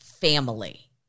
family